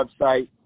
website